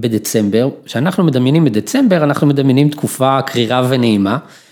בדצמבר שאנחנו מדמיינים בדצמבר אנחנו מדמיינים תקופה קרירה ונעימה.